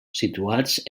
situats